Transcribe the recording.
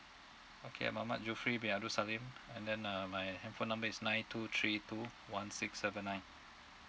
okay I'm muhammad jufri bin abdul salim and then uh my handphone number is nine two three two one six seven nine